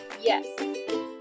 Yes